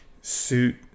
suit